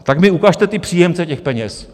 Tak mi ukažte ty příjemce těch peněz.